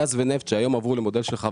היות והכנת את הנוסח שעליו אנחנו מדברים עכשיו,